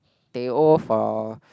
teh O for